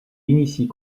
initie